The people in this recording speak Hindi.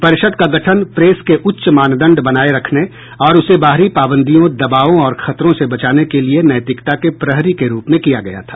परिषद् का गठन प्रेस के उच्च मानदंड बनाए रखने और उसे बाहरी पाबंदियों दबावों और खतरों से बचाने के लिए नैतिकता के प्रहरी के रूप में किया गया था